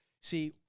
See